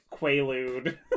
quaalude